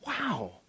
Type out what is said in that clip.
wow